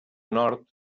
nord